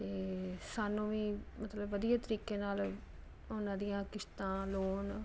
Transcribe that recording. ਅਤੇ ਸਾਨੂੰ ਵੀ ਮਤਲਬ ਵਧੀਆ ਤਰੀਕੇ ਨਾਲ ਉਹਨਾਂ ਦੀਆਂ ਕਿਸ਼ਤਾਂ ਲੋਨ